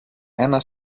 ένα